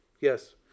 Yes